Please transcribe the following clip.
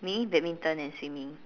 me badminton and swimming